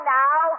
now